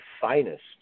finest